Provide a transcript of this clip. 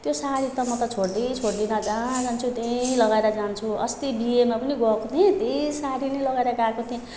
त्यो साडी त म त छोड्दै छोड्दिन जहाँ जान्छु त्यही लगाएर जान्छु अस्ति बिहेमा पनि गएको थिएँ त्यही साडी नै लगाएर गएको थिएँ